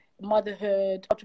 motherhood